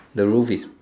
the roof is